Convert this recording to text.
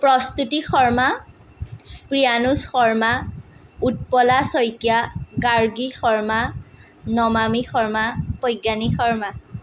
প্ৰস্তুতি শৰ্মা প্ৰিয়ানুজ শৰ্মা উৎপলা শইকীয়া গাৰ্গী শৰ্মা নমামী শৰ্মা প্ৰজ্ঞানী শৰ্মা